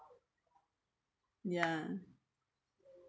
ya